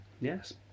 Yes